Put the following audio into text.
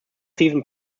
season